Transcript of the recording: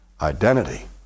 identity